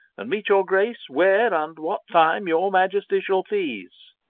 and meet your grace where and what time your majesty shall please.